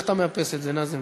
איך אתה מאפס את זה, נאזם?